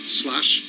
slash